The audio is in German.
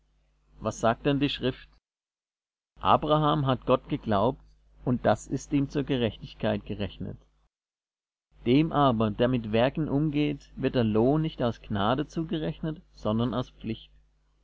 was sagt denn die schrift abraham hat gott geglaubt und das ist ihm zur gerechtigkeit gerechnet dem aber der mit werken umgeht wird der lohn nicht aus gnade zugerechnet sondern aus pflicht